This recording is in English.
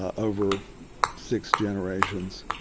ah over six generations,